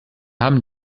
haben